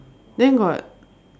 then got